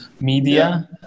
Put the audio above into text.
media